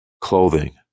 clothing